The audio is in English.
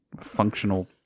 functional